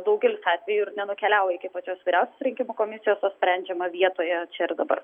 daugelis atvejų ir nenukeliauja iki pačios vyriausios rinkimų komisijos o sprendžiama vietoje čia ir dabar